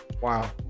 Wow